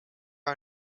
are